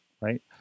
right